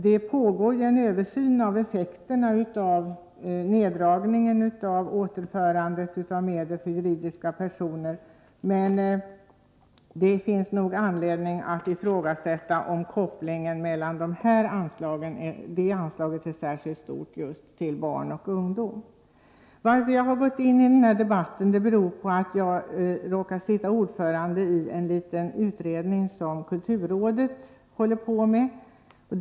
Det pågår en översyn av effekterna av borttagandet av kommunernas rätt till medlen från beskattningen av juridiska personer, men det finns nog anledning att ifrågasätta kopplingen av detta till anslagen för barn och ungdom. Jag har gått in i den här debatten därför att jag råkar vara ordförande i en liten utredning som kulturrådet gör.